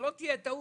שלא תהיה לך טעות.